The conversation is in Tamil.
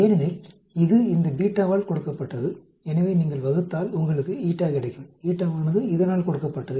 ஏனெனில் இது இந்த β வால் கொடுக்கப்பட்டது எனவே நீங்கள் வகுத்தால் உங்களுக்கு η கிடைக்கும் η வானது இதனால் கொடுக்கப்பட்டது